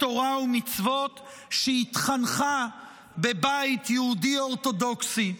תורה ומצוות שהתחנכה בבית יהודי אורתודוקסי,